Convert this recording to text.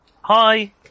Hi